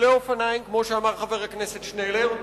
שבילי אופניים, כמו שאמר חבר הכנסת שנלר,